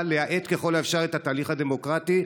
להאט ככל האפשר את התהליך הדמוקרטי,